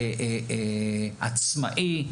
עצמאי,